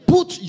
Put